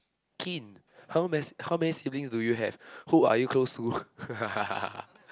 keen how many how many siblings do you have who are you close to